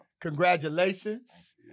Congratulations